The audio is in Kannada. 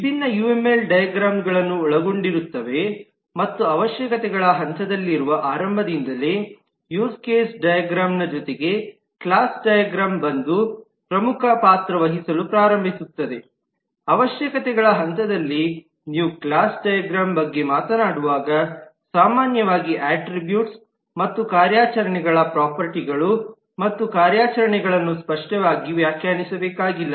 ವಿಭಿನ್ನ ಯುಎಂಎಲ್ ಡೈಗ್ರಾಮ್ ಗಳನ್ನು ಒಳಗೊಂಡಿರುತ್ತವೆ ಮತ್ತು ಅವಶ್ಯಕತೆಗಳ ಹಂತದಲ್ಲಿರುವ ಆರಂಭದಿಂದಲೇ ಯೂಸ್ ಕೇಸ್ ಡೈಗ್ರಾಮ್ನ ಜೊತೆಗೆ ಕ್ಲಾಸ್ ಡೈಗ್ರಾಮ್ ಬಂದು ಪ್ರಮುಖ ಪಾತ್ರ ವಹಿಸಲು ಪ್ರಾರಂಭಿಸುತ್ತದೆಅವಶ್ಯಕತೆಗಳ ಹಂತದಲ್ಲಿ ನೀವು ಕ್ಲಾಸ್ ಡೈಗ್ರಾಮ್ ಬಗ್ಗೆ ಮಾತನಾಡುವಾಗ ಸಾಮಾನ್ಯವಾಗಿ ಅಟ್ರಿಬ್ಯೂಟ್ಸ್ ಮತ್ತು ಕಾರ್ಯಾಚರಣೆಗಳು ಪ್ರೊಪರ್ಟಿಗಳು ಮತ್ತು ಕಾರ್ಯಾಚರಣೆಗಳನ್ನು ಸ್ಪಷ್ಟವಾಗಿ ವ್ಯಾಖ್ಯಾನಿಸಬೇಕಾಗಿಲ್ಲ